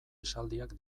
esaldiak